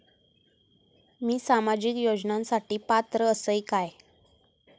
मी सामाजिक योजनांसाठी पात्र असय काय?